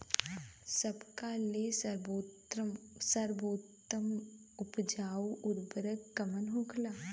सबका ले सर्वोत्तम उपजाऊ उर्वरक कवन होखेला?